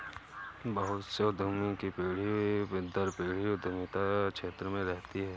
बहुत से उद्यमी की पीढ़ी दर पीढ़ी उद्यमिता के क्षेत्र में रहती है